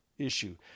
issue